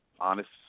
honest